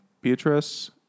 Beatrice